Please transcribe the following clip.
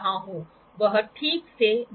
तो यह कुछ इस तरह होगा और यह 0 अंक होगा